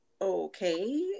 okay